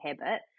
habit